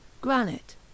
granite